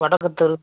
வடக்குத்தெரு